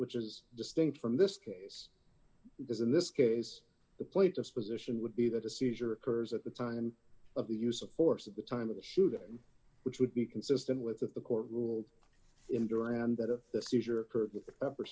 which is distinct from this case does in this case the plate disposition would be that a seizure occurs at the time of the use of force at the time of the shooting which would be consistent with what the court ruled in